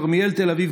מכרמיאל לתל אביב,